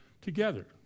together